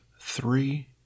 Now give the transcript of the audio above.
three